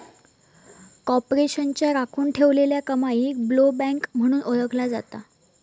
कॉर्पोरेशनच्या राखुन ठेवलेल्या कमाईक ब्लोबॅक म्हणून ओळखला जाता